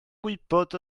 gwybod